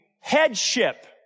headship